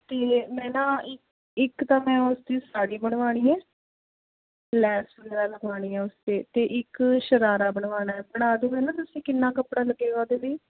ਅਤੇ ਮੈਂ ਨਾ ਇੱਕ ਇੱਕ ਤਾਂ ਮੈਂ ਉਸਦੀ ਸਾੜੀ ਬਣਵਾਉਣੀ ਹੈ ਲੈਸ ਵਗੈਰਾ ਲਗਵਾਉਣੀ ਹੈ ਉਸ 'ਤੇ ਅਤੇ ਇੱਕ ਸ਼ਰਾਰਾ ਬਣਵਾਉਣਾ ਹੈ ਬਣਾ ਦੋਂਗੇ ਨਾ ਤੁਸੀਂ ਕਿੰਨਾਂ ਕੱਪੜਾ ਲੱਗੇਗਾ ਉਹਦੇ ਲਈ